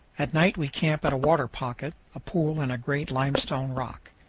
at night we camp at a water pocket, a pool in a great limestone rock.